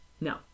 No